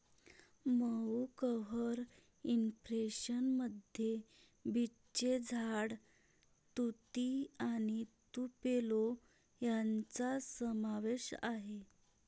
मऊ cover impression मध्ये बीचचे झाड, तुती आणि तुपेलो यांचा समावेश आहे